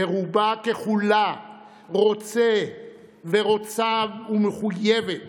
ורובה ככולה רוצה ומחויבת